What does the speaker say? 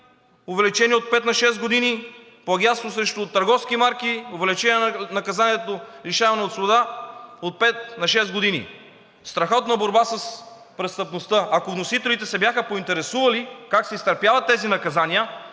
увеличено от пет на шест години; плагиатство срещу търговски марки – увеличение на наказанието лишаване от свобода от пет на шест години. Страхотна борба с престъпността. Ако вносителите се бяха поинтересували как се изтърпяват тези наказания,